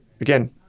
Again